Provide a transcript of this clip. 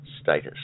status